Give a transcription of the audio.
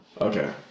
Okay